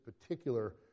particular